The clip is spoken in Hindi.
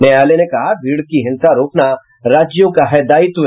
न्यायालय ने कहा भीड़ की हिंसा रोकना राज्यों का है दायित्व